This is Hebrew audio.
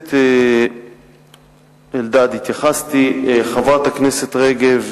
הכנסת אלדד, התייחסתי, חברת הכנסת רגב,